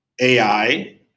AI